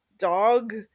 dog